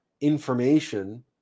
information